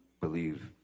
believe